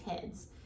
kids